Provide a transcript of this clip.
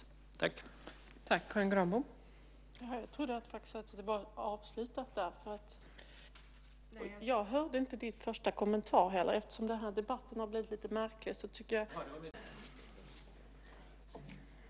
: Jag hörde inte ditt första svar. Får jag fråga vad det var som hände 2001?) Vi införde en lag om att det ska ske en skyndsam handläggning när det är ungdomar som är brottsoffer, tre månaders utredning.